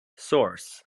source